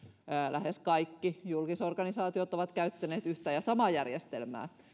lähes kaikki julkisorganisaatiot ovat käyttäneet yhtä ja samaa järjestelmää niin